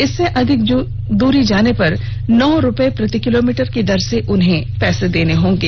उससे अधिक दूरी जाने पर नौ रूपये प्रति किलोमीटर उन्हें पैसे देने होंगे